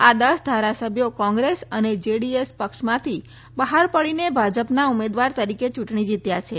આ દસ ધારાસભ્યો કોંગ્રેસ અને જેડીએસ પક્ષમાંથી બહાર પડીને ભાજપના ઉમેદવાર તરીકે ચૂંટણી જીત્યા છે